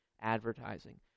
advertising